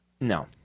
No